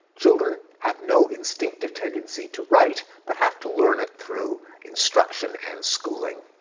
children have no instinctive tendency to write, but have to learn it through construction and schooling.